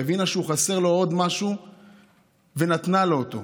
הבינה שחסר לו עוד משהו ונתנה לו אותו.